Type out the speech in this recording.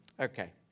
Okay